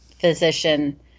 physician